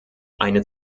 eine